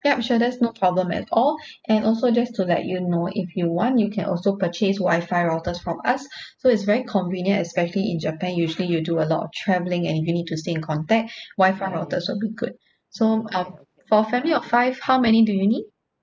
yup sure there's no problem at all and also just to let you know if you want you can also purchase wifi routers from us so it's very convenient especially in japan usually you do a lot of traveling and you need to stay in contact wifi routers will be good so um for family of five how many do you need